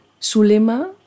Sulema